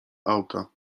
auta